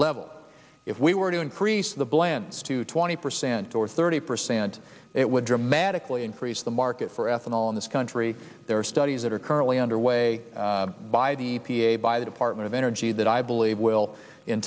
level if we were to increase the blends to twenty percent or thirty percent it would dramatically increase the market for ethanol in this country there are studies that are currently underway by the e p a by the department of energy that i believe will in